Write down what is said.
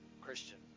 Christian